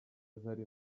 zari